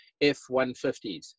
F-150s